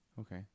Okay